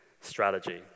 strategy